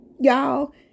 Y'all